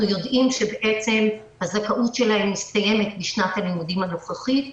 יודעים שבעצם הזכאות שלהם מסתיימת בשנת הלימודים הנוכחית,